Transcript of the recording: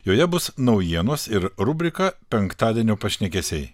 joje bus naujienos ir rubrika penktadienio pašnekesiai